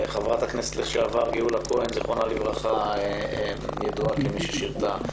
חברת הכנסת לשעבר גאולה כהן זיכרונה לברכה ידועה כמי ששירתה,